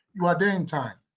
you are there in time.